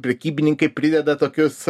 prekybininkai prideda tokius